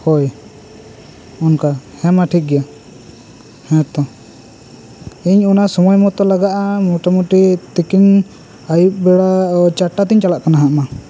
ᱦᱳᱭ ᱚᱱᱠᱟ ᱦᱮᱸ ᱢᱟ ᱴᱷᱤᱠ ᱜᱮᱭᱟ ᱦᱮᱸ ᱛᱚ ᱤᱧ ᱚᱱᱟ ᱥᱚᱢᱚᱭ ᱢᱚᱛᱚ ᱞᱟᱜᱟᱜᱼᱟ ᱢᱚᱴᱟ ᱢᱚᱴᱤ ᱛᱤᱠᱤᱱ ᱟᱹᱭᱩᱵ ᱵᱮᱲᱟ ᱪᱟᱴᱼᱴᱟ ᱛᱮᱧ ᱪᱟᱞᱟᱜ ᱠᱟᱱᱟ ᱦᱟᱸᱜ ᱢᱟ